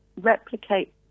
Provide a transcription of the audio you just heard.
replicate